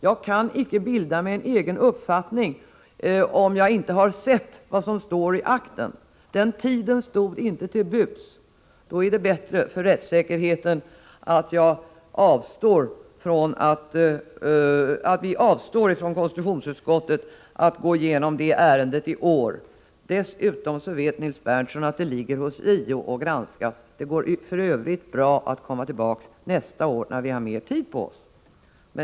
Jag kan icke bilda mig en egen uppfattning om jag inte har sett vad som står i akten. Den tiden stod inte till buds, och då är det bättre för rättssäkerheten att vi avstår från att i konstitutionsutskottet gå igenom detta ärende i år. Dessutom vet Nils Berndtson att ärendet ligger hos JO för granskning. Det går för övrigt bra att komma tillbaka nästa år, när vi har mer tid på oss.